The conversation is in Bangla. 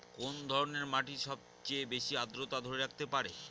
কোন ধরনের মাটি সবচেয়ে বেশি আর্দ্রতা ধরে রাখতে পারে?